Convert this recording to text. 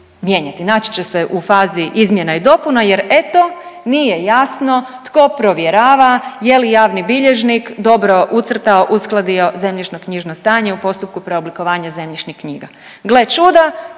Naći će se u fazi izmjena i dopuna jer eto nije jasno tko provjerava je li javni bilježnik dobro ucrtao i uskladio zemljišnoknjižno stanje u postupku preoblikovanja zemljišnih knjiga.